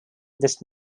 this